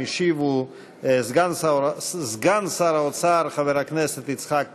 המשיב הוא סגן שר האוצר חבר הכנסת יצחק כהן,